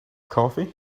coffee